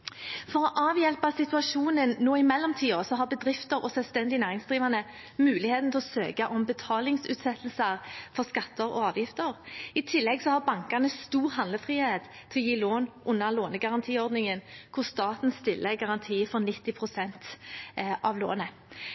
For å avhjelpe situasjonen nå i mellomtiden har bedrifter og selvstendig næringsdrivende muligheten til å søke om betalingsutsettelse på skatter og avgifter. I tillegg har bankene stor handlefrihet til å gi lån under lånegarantiordningen, hvor staten stiller garanti for 90 pst. av